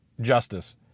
justice